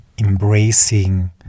embracing